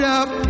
up